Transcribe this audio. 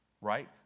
right